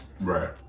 Right